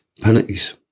penalties